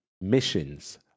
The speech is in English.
missions